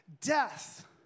death